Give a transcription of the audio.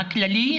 הכללי,